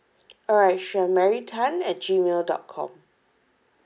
alright sure mary Tan at gmail dot com